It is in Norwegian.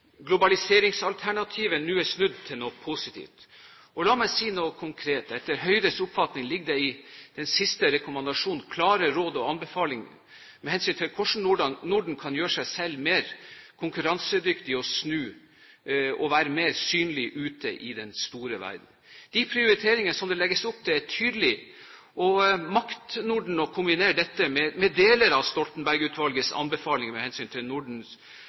globaliseringsalternativet nå er snudd til noe positivt. La meg si noe konkret: Etter Høyres oppfatning ligger det i den siste rekommandasjonen klare råd og anbefalinger med hensyn til hvordan Norden kan gjøre seg selv mer konkurransedyktig og være mer synlig ute i den store verden. De prioriteringer som det legges opp til, er tydelige. Å kombinere et Makt-Norden med deler av Stoltenberg-utvalgets anbefaling med hensyn til